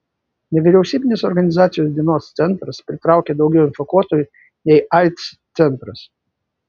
nevyriausybinės organizacijos dienos centras pritraukia daugiau infekuotųjų nei aids centras